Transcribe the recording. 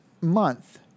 month